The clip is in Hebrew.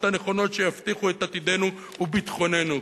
הנכונות שיבטיחו את עתידנו וביטחוננו"?